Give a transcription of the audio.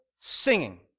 singing